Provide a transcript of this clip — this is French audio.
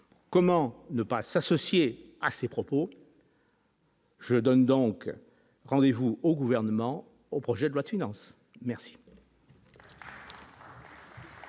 comment ne pas s'associer à ces propos. Je donne donc rendez-vous au gouvernement au projet doit une anse merci.